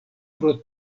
pro